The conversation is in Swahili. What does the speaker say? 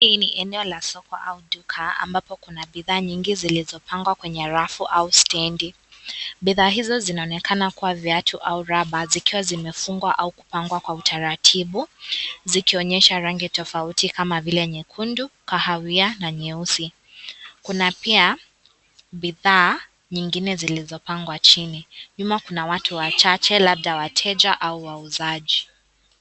Hii ni eneo la soko au duka ambapo kuna bidhaa nyingi zilizopangwa kwenye rafu au stendi, bidhaa hizo zinaonekana kuwa viatu au rubber ikiwa zimefungwa au kupangwa kwa utaratibu zikionyesha rangi tofauti kama vile nyekundu, kahawia na nyeusi, kuna pia bidhaa nyingine zilizopangwa chini, nyuma kuna watu wachache labda wateja au wauzaji.